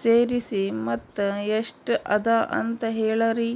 ಸೇರಿಸಿ ಮೊತ್ತ ಎಷ್ಟ ಅದ ಅಂತ ಹೇಳರಿ?